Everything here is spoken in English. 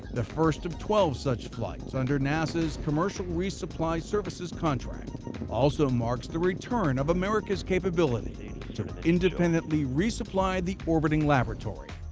the first of twelve such flights under nasa's commercial resupply services contract also marks the return of america's capability to independently resupply the orbiting laboratory.